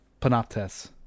Panoptes